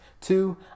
Two